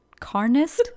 Carnist